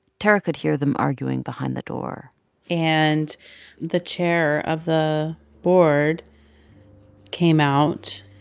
tarra could hear them arguing behind the door and the chair of the board came out.